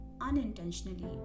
unintentionally